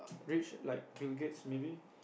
rich like Bill-Gates maybe